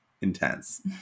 intense